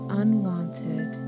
unwanted